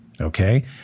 Okay